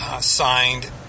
signed